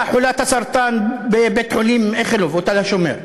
חולת הסרטן בבית-חולים איכילוב או תל-השומר.